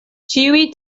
ĉiuj